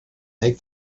make